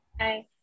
Hi